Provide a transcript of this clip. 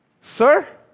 Sir